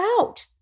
out